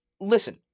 listen